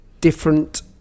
different